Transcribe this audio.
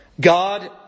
God